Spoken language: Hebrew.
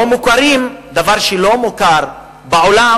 שהם לא מוכרים, דבר שלא מוכר בעולם,